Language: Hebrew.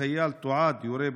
החייל תועד יורה באדישות.